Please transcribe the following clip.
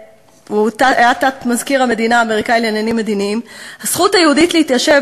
שהיה תת-מזכיר המדינה האמריקני לעניינים מדיניים: הזכות היהודית להתיישב